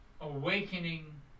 awakening